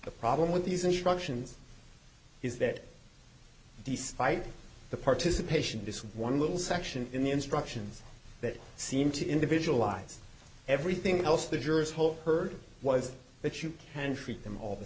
a problem with these instructions is that despite the participation in this one little section in the instructions that seem to individualize everything else the jurors hope heard was that you can treat them all the